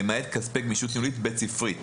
למעט כספי גמישות ניהולית בית ספרית.